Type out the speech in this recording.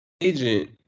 Agent